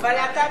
אבל אתה בפנים,